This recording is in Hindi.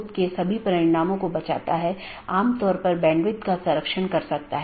इसलिए हर कोई दुसरे को जानता है या हर कोई दूसरों से जुड़ा हुआ है